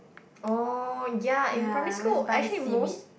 oh ya in primary school actually most